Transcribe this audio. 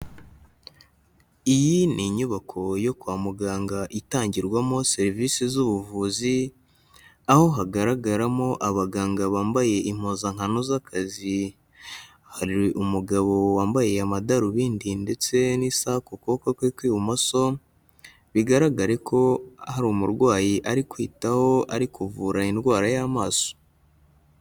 Iyi ni inyubako yo kwa muganga itangirwamo serivisi z'ubuvuzi, aho hagaragaramo abaganga bambaye impuzankano z'akazi, hari umugabo wambaye amadarubindi ndetse n'isaha ku kuboko kwe kw'ibumoso bigaragare ko hari umurwayi ari kwitaho ari kuvura indwara y'amaso.